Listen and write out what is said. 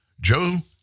Joe